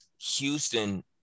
Houston